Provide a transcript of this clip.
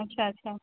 अच्छा अच्छा